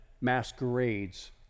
masquerades